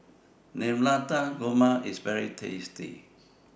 Navratan Korma IS very tasty